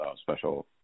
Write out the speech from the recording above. special